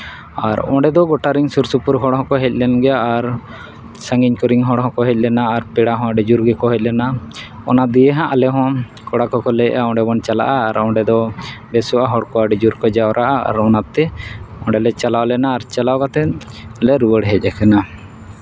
ᱟᱨ ᱚᱸᱰᱮ ᱫᱚ ᱜᱳᱴᱟ ᱨᱮᱱ ᱥᱩᱨ ᱥᱩᱯᱩᱨ ᱦᱚᱲ ᱦᱚᱸ ᱠᱚ ᱦᱮᱡ ᱞᱮᱱ ᱜᱮᱭᱟ ᱟᱨ ᱥᱟᱺᱜᱤᱧ ᱠᱚᱨᱮᱱ ᱦᱚᱲ ᱦᱚᱸᱠᱚ ᱦᱮᱡ ᱞᱮᱱᱟ ᱟᱨ ᱯᱮᱲᱟ ᱦᱚᱸ ᱟᱹᱰᱤ ᱡᱳᱨ ᱜᱮᱠᱚ ᱦᱮᱡ ᱞᱮᱱᱟ ᱚᱱᱟ ᱫᱤᱭᱮ ᱦᱟᱸᱜ ᱟᱞᱮ ᱦᱚᱸ ᱠᱚᱲᱟ ᱠᱚᱠᱚ ᱞᱟᱹᱭᱮᱫᱼᱟ ᱚᱸᱰᱮ ᱵᱚᱱ ᱪᱟᱞᱟᱜᱼᱟ ᱟᱨ ᱚᱸᱰᱮ ᱫᱚ ᱵᱮᱥᱣᱟ ᱦᱚᱲ ᱠᱚ ᱟᱹᱰᱤ ᱡᱳᱨ ᱠᱚ ᱡᱟᱣᱨᱟᱜᱼᱟ ᱟᱨ ᱚᱱᱟᱛᱮ ᱚᱸᱰᱮᱞᱮ ᱪᱟᱞᱟᱣ ᱞᱮᱱᱟ ᱟᱨ ᱪᱟᱞᱟᱣ ᱠᱟᱛᱮᱫ ᱞᱮ ᱨᱩᱣᱟᱹᱲ ᱦᱮᱡ ᱠᱟᱱᱟ